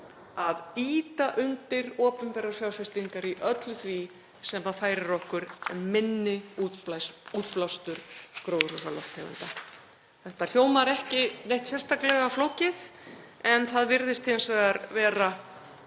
að ýta undir opinberar fjárfestingar í öllu því sem færir okkur minni útblástur gróðurhúsalofttegunda. Þetta hljómar ekki neitt sérstaklega flókið en það virðist hins vegar vera